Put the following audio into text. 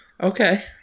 Okay